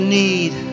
need